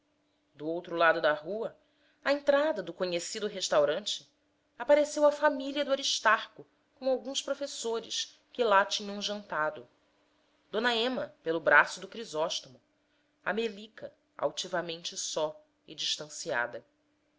do outro lado da rua à entrada do conhecido restaurante apareceu a família do aristarco com alguns professores que lá tinham jantado d ema pelo braço do crisóstomo a melica altivamente só e distanciada